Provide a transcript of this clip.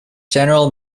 general